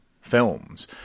films